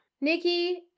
Nikki